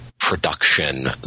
production